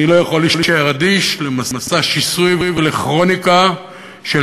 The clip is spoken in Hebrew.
אני לא יכול להישאר אדיש למסע השיסוי ולכרוניקה של